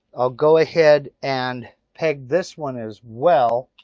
i'll go ahead and peg this one as well